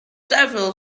several